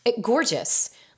Gorgeous